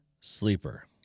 Sleeper